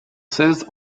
seize